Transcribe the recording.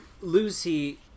lucy